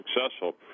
successful